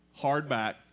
hardback